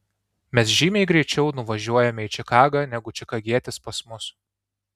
mes žymiai greičiau nuvažiuojame į čikagą negu čikagietis pas mus